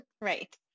Right